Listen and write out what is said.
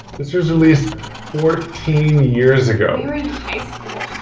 this was released fourteen years ago. we were in high school.